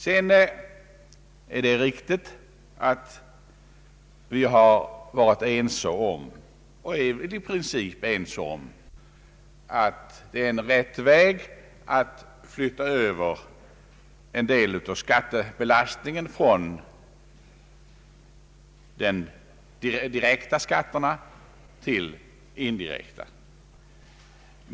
Det är riktigt att vi har varit ense om och i princip är ense om att det är en korrekt väg att flytta över en del av skattebelastningen från de direkta skatterna till indirekta.